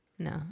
No